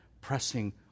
pressing